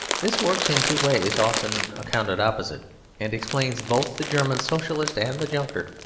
this works in two ways often accounted opposite and explains both the german socialist and the junker.